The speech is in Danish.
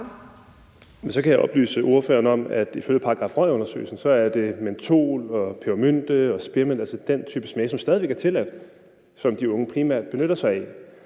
Så kan jeg oplyse ordføreren om, at ifølge §RØG-undersøgelsen er det mentol, pebermynte og spearmint, altså den type smage, som stadig væk er tilladt, som de unge primært benytter sig af.